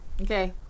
Okay